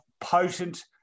potent